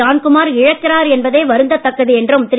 ஜான்குமார் இழக்கிறார் என்பதே வருந்தத் தக்கதே என்றும் திரு